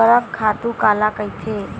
ऊर्वरक खातु काला कहिथे?